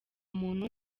muntu